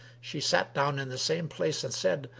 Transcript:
she sat down in the same place and said,